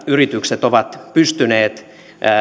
yritykset ovat pystyneet